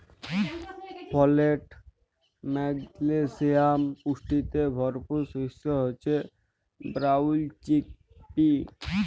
folate, magnesium পুষ্টিতে ভরপুর শস্য হচ্যে ব্রাউল চিকপি